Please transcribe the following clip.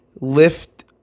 lift